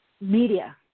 media